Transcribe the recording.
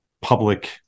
public